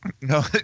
No